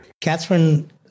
Catherine